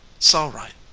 sall right,